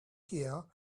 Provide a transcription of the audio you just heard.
here